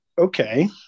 okay